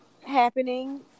happening